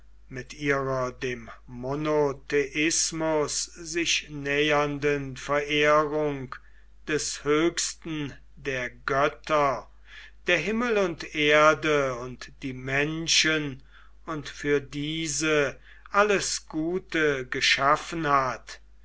mit ihrer dem monotheismus sich nähernden verehrung des höchsten der götter der himmel und erde und die menschen und für diese alles gute geschaffen hat